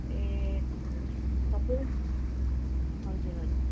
ए सबै हजुर हजुर